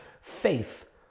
faith